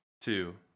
two